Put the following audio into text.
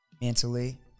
mentally